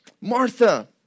Martha